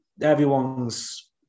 everyone's